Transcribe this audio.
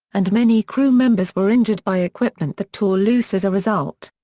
and many crew members were injured by equipment that tore loose as a result.